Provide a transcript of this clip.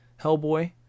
Hellboy